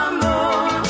more